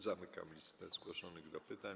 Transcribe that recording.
Zamykam listę zgłoszonych do pytań.